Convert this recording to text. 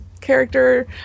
character